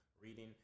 reading